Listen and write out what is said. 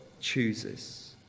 chooses